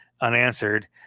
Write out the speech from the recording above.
unanswered